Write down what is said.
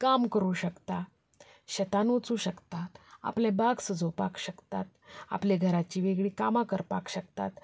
काम करूं शकतात शेतांत वचूंक शकतात आपलें भात सुकोवपाक शकतात आपल्या घराचीं वेगळीं कामां करपाक शकतात